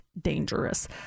dangerous